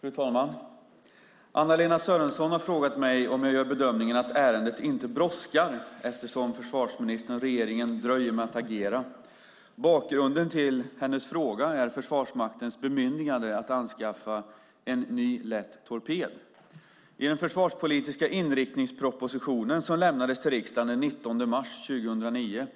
Fru talman! Anna-Lena Sörenson har frågat mig om jag gör bedömningen att ärendet inte brådskar eftersom försvarsministern och regeringen dröjer med att agera. Bakgrunden till hennes fråga är Försvarsmaktens bemyndigande att anskaffa en ny lätt torped. I den försvarspolitiska inriktningsproposition som lämnades till riksdagen den 19 mars 2009